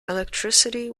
electricity